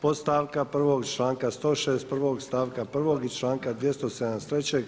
podstavka 1., članka 161. stavka 1. i članka 273.